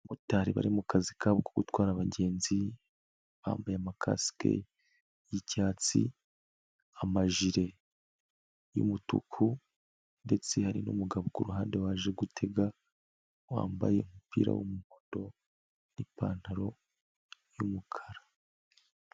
Abamotari bari mu mukazi kabo ko gutwara abagenzi, bambaye amakasike y'icyatsi, amajire y'umutuku ndetse hari n'umugabo ku ruhande waje gutega, wambaye umupira w'umuhondo n'ipantaro y'umukara.